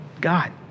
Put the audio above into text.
God